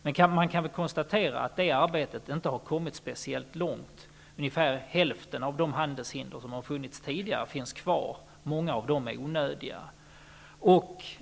Men man kan konstatera att det arbetet inte har kommit speciellt långt. Ungefär hälften av de handelshinder som har funnits tidigare finns kvar. Många av dem är onödiga.